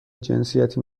جنسیتی